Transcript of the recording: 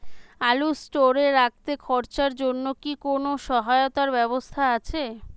আলু স্টোরে রাখতে খরচার জন্যকি কোন সহায়তার ব্যবস্থা আছে?